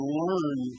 learn